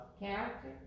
Character